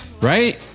Right